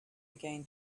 again